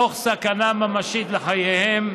תוך סכנה ממשית לחייהם,